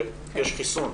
שיש חיסון,